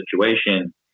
situation